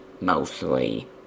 Mostly